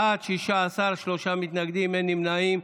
בעד, 16, שלושה מתנגדים, אין נמנעים.